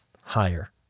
higher